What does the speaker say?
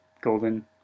Golden